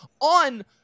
on